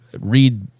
read